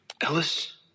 Ellis